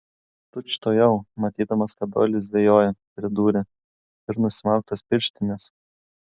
tučtuojau matydamas kad doilis dvejoja pridūrė ir nusimauk tas pirštines